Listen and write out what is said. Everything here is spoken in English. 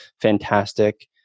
fantastic